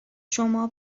شما